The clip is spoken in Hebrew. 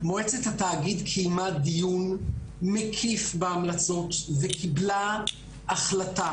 מועצת התאגיד קיימה דיון מקיף בהמלצות וקיבלה החלטה.